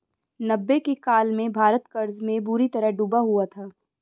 नब्बे के काल में भारत कर्ज में बुरी तरह डूबा हुआ था